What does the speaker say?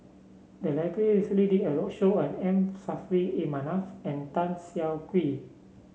the library recently did a roadshow on M Saffri A Manaf and Tan Siah Kwee